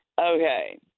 Okay